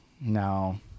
No